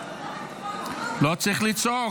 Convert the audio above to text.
לא צריך לצעוק.